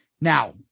Now